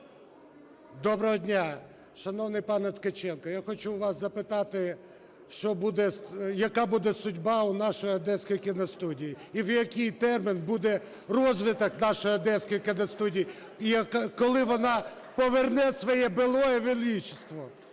Доброго дня. Шановний пане Ткаченко, я хочу у вас запитати, яка буде доля у нашої Одеської кіностудії і в який термін буде розвиток нашої Одеської кіностудії, і коли вона поверне своє "былое величество"?